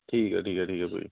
ਠੀਕ ਆ ਠੀਕ ਆ ਠੀਕ ਆ ਭਾਅ ਜੀ